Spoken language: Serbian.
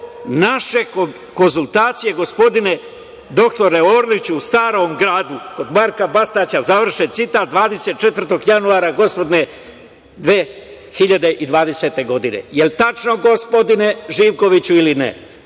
naše konsultacije - gospodine doktore Orliću - u Starom gradu, kod Marka Bastaća". Završen citat, 24. januara gospodnje 2020. godine. Jel tačno, gospodine Živkoviću, ili